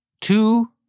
two